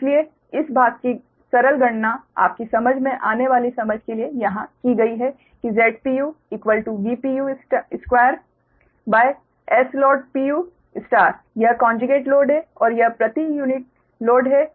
इसलिए इस भाग की सरल गणना आपकी समझ में आने वाली समझ के लिए यहां की गई है किZpuVpu2Sload यह कोंजुगेट लोड है और यह प्रति यूनिट लोड है